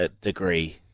degree